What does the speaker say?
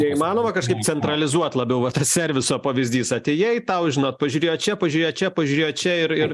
neįmanoma kažkaip centralizuot labiau serviso pavyzdys atėjai tau žinot pažiūrėjo čia pažiūrėjo čia pažiūrėjo čia ir ir